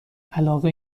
علاقه